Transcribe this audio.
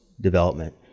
development